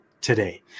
today